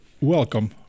welcome